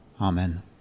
Amen